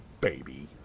baby